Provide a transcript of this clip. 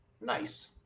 nice